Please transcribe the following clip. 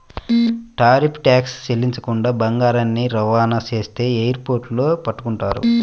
tariff tax చెల్లించకుండా బంగారాన్ని రవాణా చేస్తే ఎయిర్ పోర్టుల్లో పట్టుకుంటారు